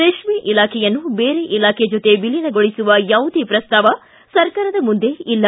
ರೇಷ್ಠ ಇಲಾಖೆಯನ್ನು ಬೇರೆ ಇಲಾಖೆ ಜತೆ ವಿಲೀನಗೊಳಿಸುವ ಯಾವುದೇ ಪ್ರಸ್ತಾವ ಸರ್ಕಾರದ ಮುಂದೆ ಇಲ್ಲ